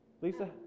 Lisa